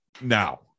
now